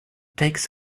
takes